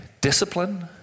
discipline